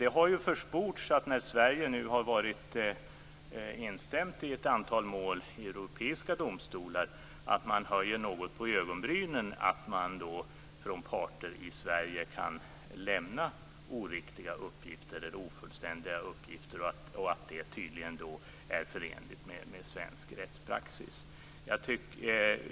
Det har försports att man i ett antal mål i europeiska domstolar där Sverige har varit instämt har höjt något på ögonbrynen över att parter i Sverige kan lämna oriktiga eller ofullständiga uppgifter och att det tydligen är förenligt med svensk rättspraxis.